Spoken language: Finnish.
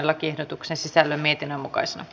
lakiehdotuksen sisällön mietinnön mukaisena